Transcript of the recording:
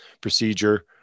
procedure